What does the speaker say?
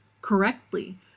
correctly